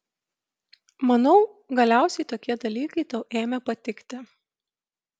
manau galiausiai tokie dalykai tau ėmė patikti